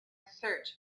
search